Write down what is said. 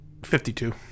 52